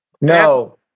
No